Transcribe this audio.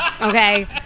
Okay